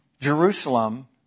Jerusalem